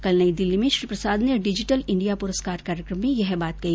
कल नई दिल्ली में श्री प्रसाद ने डिजिटल इंडिया पुरस्कार कार्यक्रम में यह बात कही